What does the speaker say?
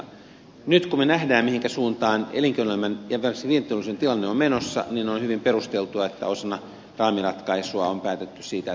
nyt kun me näemme mihinkä suuntaan elinkeinoelämän ja varsinkin vientiteollisuuden tilanne on menossa on hyvin perusteltua että osana raamiratkaisua on päätetty siitä että se astuu vuoden alusta voimaan